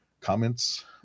comments